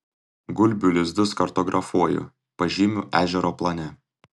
gulbių lizdus kartografuoju pažymiu ežero plane